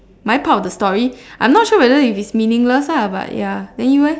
my part of the story I'm not sure whether if it is meaningless lah but ya then you leh